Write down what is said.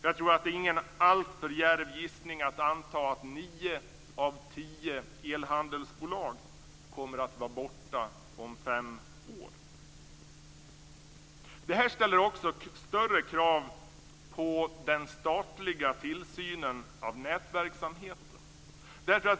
Jag tror att det inte är en alltför djärv gissning att anta att nio av tio elhandelsbolag kommer att vara borta om fem år. Det här ställer också större krav på den statliga tillsynen av nätverksamheten.